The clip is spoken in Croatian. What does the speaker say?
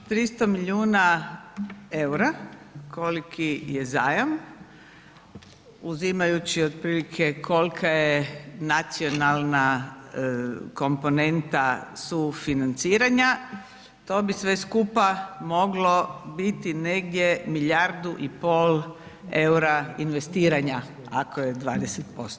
Dakle, od ovih 300 milijuna eura koliki je zajam uzimajući otprilike kolika je nacionalna komponenta sufinanciranja to bi sve skupa moglo biti negdje milijardu i pol eura investiranja ako je 20%